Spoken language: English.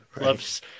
loves